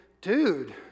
dude